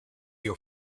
your